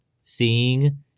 seeing